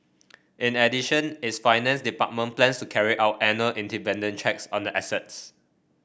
in addition its finance department plans to carry out annual independent checks on the assets